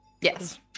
Yes